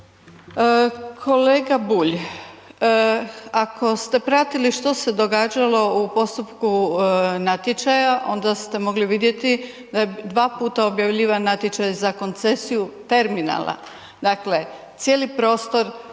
Kolega Bulj, ako ste pratili što se je događalo u postupku natječaja, onda ste mogli vidjeti, da je 2 puta objavljivan natječaj za koncesiju terminala. Dakle, cijeli prostor